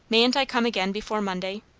mayn't i come again before monday?